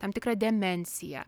tam tikrą demenciją